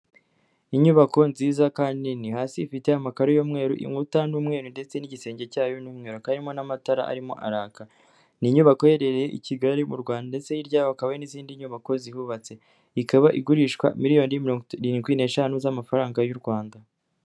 Inyubako nziza kandi nini hasi ifite amakaro y'umweru inkuta n'umweru ndetse n'igisenge cyayo n'umweru hakaba harimo n'amatara arimo araka. Ni inyubako iherereye i Kigali mu Rwanda ndetse hirya yayo hakaba hari n'izindi nyubako zihubatse. Hakaba igurishwa miliyoni mirongorindwi n'eshanu z'amafaranga y'u Rwanda.